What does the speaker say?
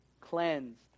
cleansed